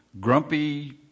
grumpy